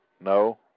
No